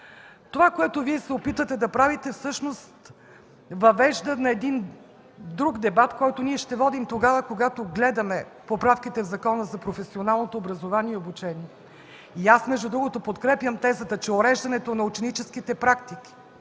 Това, което Вие се опитвате да правите, всъщност въвежда един друг дебат, който ще водим тогава, когато гледаме поправките в Закона за професионалното образование и обучение. Между другото подкрепям тезата, че уреждането на ученическите практики,